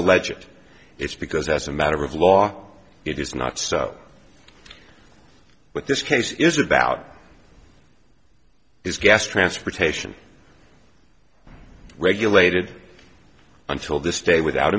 allege it it's because as a matter of law it is not so but this case is about is gas transportation regulated until this day without